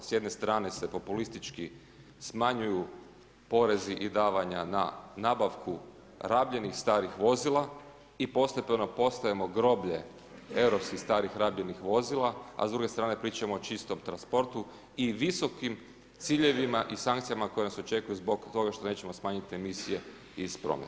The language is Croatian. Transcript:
S jedne strane se populistički smanjuju porezi i davanja na nabavku rabljenih starih vozila i postepeno postajem groblje europskih starih rabljenih vozila a s druge strane pričamo o čistom transportu i visokim ciljevima i sankcijama koje nas očekuju zbog toga što nećemo smanjiti emisije iz prometa.